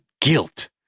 guilt